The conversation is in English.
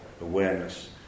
awareness